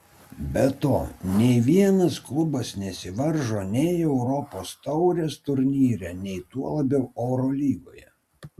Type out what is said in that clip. be to nei vienas klubas nesivaržo nei europos taurės turnyre nei tuo labiau eurolygoje